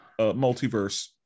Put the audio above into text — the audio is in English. multiverse